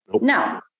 No